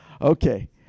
okay